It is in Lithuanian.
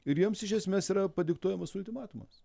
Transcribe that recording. ir jiems iš esmės yra padiktuojamas ultimatumas